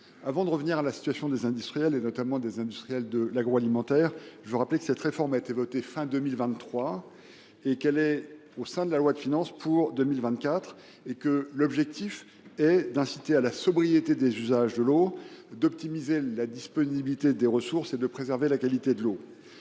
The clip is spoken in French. Avant d’évoquer la situation des industriels, notamment ceux de l’agroalimentaire, je veux rappeler que cette réforme a été votée à la fin de 2023 et qu’elle figure dans la loi de finances pour 2024. Son objectif est d’inciter à la sobriété des usages de l’eau, d’optimiser la disponibilité des ressources et de préserver la qualité de l’eau.